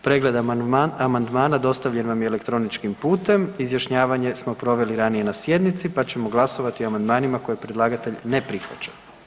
Pregled amandmana dostavljen vam je elektroničkim putem, izjašnjavanje smo proveli ranije na sjednici pa ćemo glasovati o amandmanima koje predlagatelj ne prihvaća.